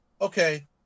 okay